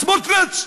סמוטריץ,